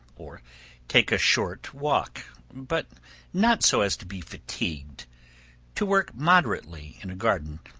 or take a short walk, but not so as to be fatigued to work moderately in a garden,